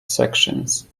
sections